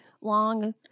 long